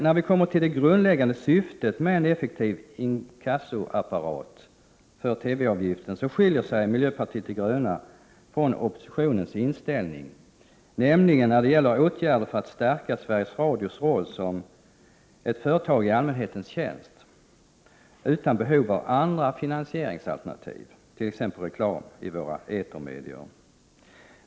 När det däremot gäller det grundläggande syftet med en effektiv inkassoapparat för TV-avgiften skiljer sig vår inställning i miljöpartiet de gröna från oppositionens inställning beträffande åtgärder för att stärka Sveriges Radios roll som ett företag i allmänhetens tjänst utan behov av andra finansieringsalternativ, t.ex. reklam i etermedierna.